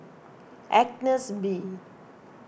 Agnes B